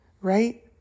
right